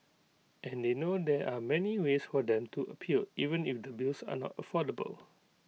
and they know there are many ways for them to appeal even if the bills are not affordable